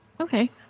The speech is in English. Okay